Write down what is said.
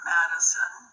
Madison